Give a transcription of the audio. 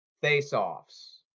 face-offs